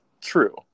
True